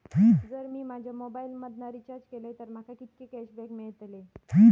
जर मी माझ्या मोबाईल मधन रिचार्ज केलय तर माका कितके कॅशबॅक मेळतले?